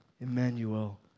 Emmanuel